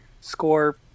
score